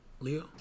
Leo